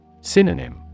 Synonym